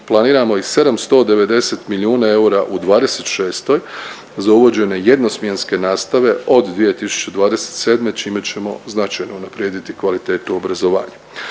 planiramo i 790 milijuna eura u '26. za uvođenje jednosmjenske nastave od 2027., čime ćemo značajno unaprijediti kvalitetu obrazovanja.